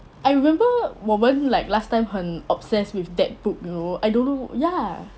I remember 我们 like last time 很 obsessed with that book you know I don't know ya